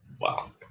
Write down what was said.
Wow